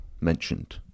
mentioned